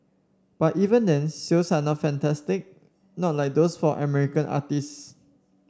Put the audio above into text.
but even then sales are not fantastic not like those for American artistes